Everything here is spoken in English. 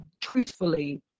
truthfully